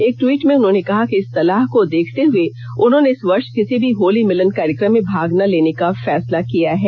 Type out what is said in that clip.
एक ट्वीट में उन्होंने कहा कि इस सलाह को देखते हुए उन्होंने इस वर्ष किसी भी होली मिलन कार्यक्रम में भाग न लेने का फैसला किया है